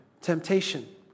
temptation